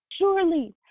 Surely